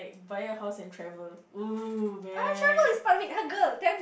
buy a house and travel !woo! man